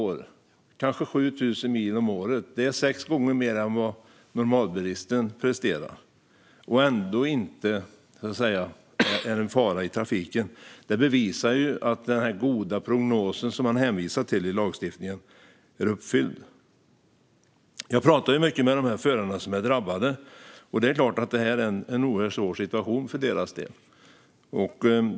Föraren kör kanske 7 000 mil om året - det är sex gånger mer än vad normalbilisten presterar - och är ändå inte en fara i trafiken. Det bevisar att den goda prognos som man hänvisar till i lagstiftningen är uppfylld. Jag pratar mycket med de drabbade förarna. Det är klart att det är en oerhört svår situation för dem.